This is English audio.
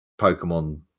Pokemon